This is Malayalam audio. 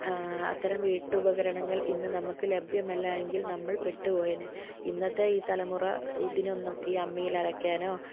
അത്തരം വീട്ടുപകരണങ്ങൾ ഇന്ന് നമുക്ക് ലഭ്യമല്ല എങ്കിൽ നമ്മൾ പെട്ടുപോയേനെ ഇന്നത്തേ ഈ തലമുറ ഇതിനൊന്നും ഈ അമ്മിയിൽ അരയ്ക്കാനോ